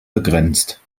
begrenzt